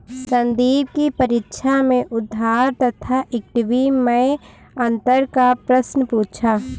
संदीप की परीक्षा में उधार तथा इक्विटी मैं अंतर का प्रश्न पूछा